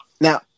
now